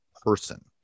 person